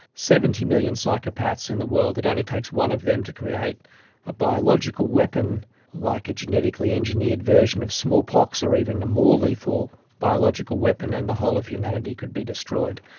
seventy million psychopaths in the world, it only takes one of them to create a biological weapon like a genetically engineered version of smallpox or even a more lethal biological weapon, and the whole of humanity could be destroyed.